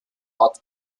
art